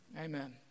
Amen